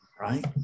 right